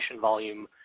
volume